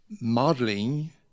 modeling